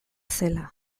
zela